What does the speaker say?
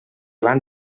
van